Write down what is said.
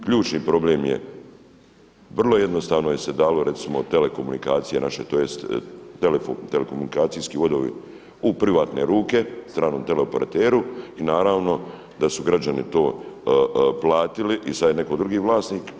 Ključni problem je, vrlo jednostavno da se dalo recimo telekomunikacije naše, tj. telekomunikacijski vodovi u privatne ruke, stranom teleoperateru i naravno da su građani to platili i sad je netko drugi vlasnik.